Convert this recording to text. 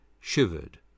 shivered